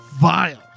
vile